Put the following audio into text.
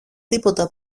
τίποτα